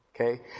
Okay